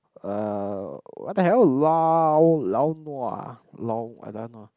uh what the hell lao lao-nua